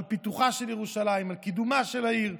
על פיתוחה של ירושלים, על קידומה של העיר,